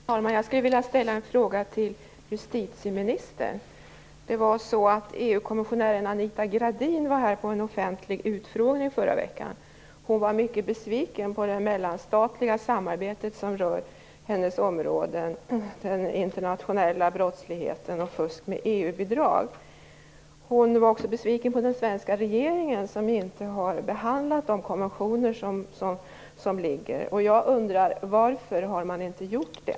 Fru talman! Jag skulle vilja ställa en fråga till justitieministern. EU-kommissionären Anita Gradin var i förra veckan här på en offentlig utfrågning. Hon var mycket besviken på det mellanstatliga samarbetet som rör hennes områden, nämligen den internationella brottsligheten och fusket med EU-bidrag. Hon var också besviken på den svenska regeringen, som inte har behandlat de liggande konventionerna. Jag undrar: Varför har man inte gjort det?